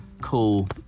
cool